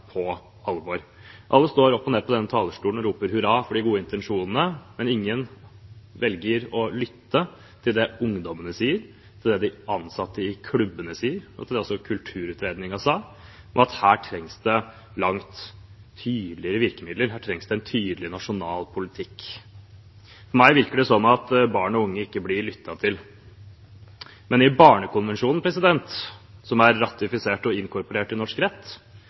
på alvor. Alle står på denne talerstolen og roper hurra for de gode intensjonene, men ingen velger å lytte til det ungdommene og de ansatte i klubbene sier, og til det som sto i Kulturutredningen, om at her trengs det langt tydeligere virkemidler – her trengs det en tydelig nasjonal politikk. For meg virker det som om barn og unge ikke blir lyttet til. I Barnekonvensjonen, som er ratifisert av Norge og inkorporert i norsk rett,